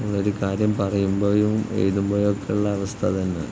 നമ്മളൊരു കാര്യം പറയുമ്പോഴും എഴുതുമ്പോഴുമൊക്കെയുള്ള അവസ്ഥ അതുതന്നെയാണ്